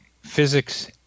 physics